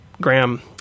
Graham